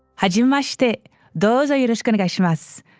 had you must take those are you just gonna get shamas?